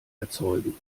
erzeugen